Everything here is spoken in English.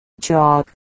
chalk